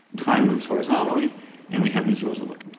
time moves horizontally and we have these rules that look.